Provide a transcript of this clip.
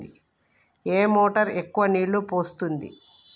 ఏ motor ఎక్కువ నీళ్లు పోస్తుంది?